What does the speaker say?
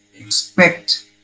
expect